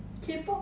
K pop